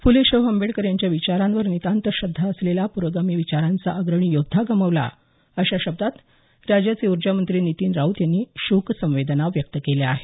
फुले शाहू आंबेकर यांच्या विचारांवर नितांत श्रद्धा असलेला पुरोगामी विचारांचा अग्रणी योद्धा गमावला अशा शब्दात राज्याचे ऊर्जामंत्री नीतीन राऊत यांनी शोकसंवेदना व्यक्त केल्या आहेत